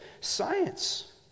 science